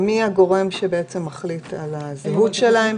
מי הגורם שמחליט על הזהות שלהם?